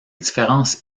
différences